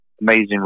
amazing